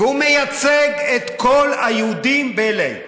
והוא מייצג את כל היהודים ב-L.A.